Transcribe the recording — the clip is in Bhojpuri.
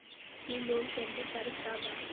इ लोन के अन्तिम तारीख का बा?